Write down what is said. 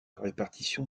répartition